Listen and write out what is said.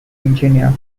engineer